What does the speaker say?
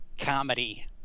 comedy